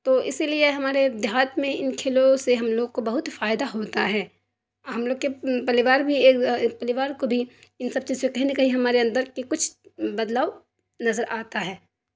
تو اسی لیے ہمارے دیہات میں ان کھیلوں سے ہم لوگ کو بہت فائدہ ہوتا ہے ہم لوگ کے پریوار بھی ایک پریوار کو بھی ان سب چیز سے کہیں نہ کہیں ہمارے اندر کے کچھ بدلاؤ نظر آتا ہے